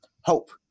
Hope